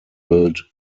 built